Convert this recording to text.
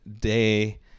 day